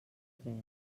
tres